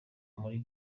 muri